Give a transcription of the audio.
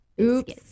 oops